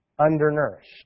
undernourished